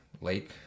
lake